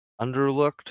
underlooked